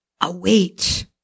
await